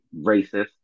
racist